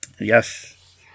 Yes